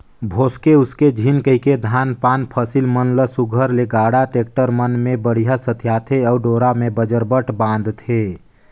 भोसके उसके झिन कहिके धान पान फसिल मन ल सुग्घर ले गाड़ा, टेक्टर मन मे बड़िहा सथियाथे अउ डोरा मे बजरबट बांधथे